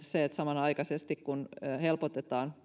se että samanaikaisesti kun helpotetaan